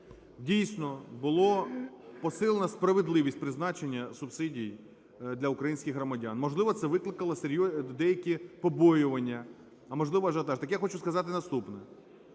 Дійсно було посилено справедливість призначення субсидій для українських громадян. Можливо, це викликало деякі побоювання, а можливо, ажіотаж. Так я хочу сказати наступне: